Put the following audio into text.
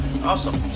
Awesome